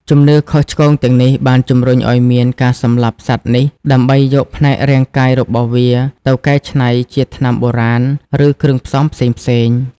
ជំនឿខុសឆ្គងទាំងនេះបានជំរុញឲ្យមានការសម្លាប់សត្វនេះដើម្បីយកផ្នែករាងកាយរបស់វាទៅកែច្នៃជាថ្នាំបុរាណ ឬគ្រឿងផ្សំផ្សេងៗ។